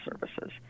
services